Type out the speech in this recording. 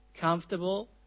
Comfortable